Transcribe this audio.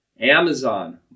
Amazon